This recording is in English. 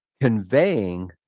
conveying